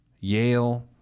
Yale